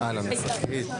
בשעה